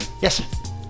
Yes